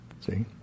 See